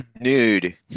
Nude